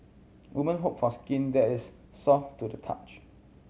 woman hope for skin that is soft to the touch